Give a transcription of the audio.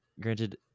granted